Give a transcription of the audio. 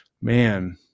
man